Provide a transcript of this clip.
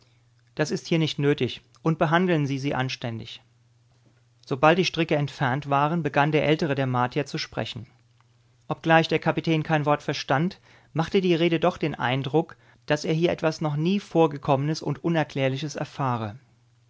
das ist hier nicht nötig und behandeln sie sie anständig sobald die stricke entfernt waren begann der ältere der martier zu sprechen obgleich der kapitän kein wort verstand machte die rede doch den eindruck daß er hier etwas noch nie vorgekommenes und unerklärliches erfahre